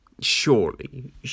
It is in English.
surely